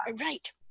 Right